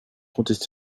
contesté